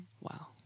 Wow